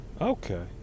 okay